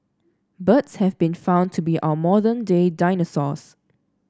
birds have been found to be our modern day dinosaurs